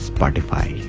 Spotify